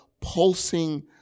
pulsing